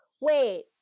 Wait